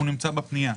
הוא נמצא בפנייה.